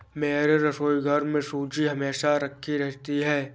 मेरे रसोईघर में सूजी हमेशा राखी रहती है